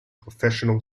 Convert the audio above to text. professional